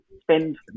spend